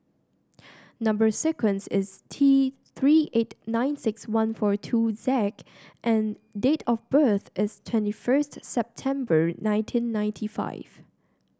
number sequence is T Three eight nine six one four two Z and date of birth is twenty first September nineteen ninety five